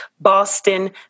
Boston